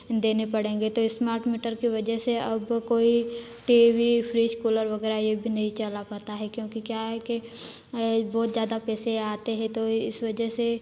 देने पड़ेंगे तो स्मार्ट मीटर की वजह से अब कोई टी वी फ्रिज कूलर वगैरह ये भी नहीं चला पाता है क्योंकि क्या है कि बहुत जादा पैसे आते हैं तो इस वजह से